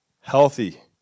healthy